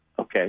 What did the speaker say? Okay